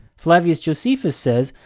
flavius josephus says,